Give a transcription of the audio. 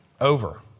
over